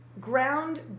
ground